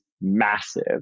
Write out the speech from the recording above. massive